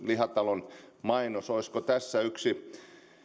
lihatalon mainos olisiko tässä yksi